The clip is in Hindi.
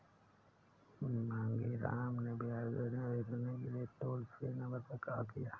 मांगेराम ने ब्याज दरें देखने के लिए टोल फ्री नंबर पर कॉल किया